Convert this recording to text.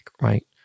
right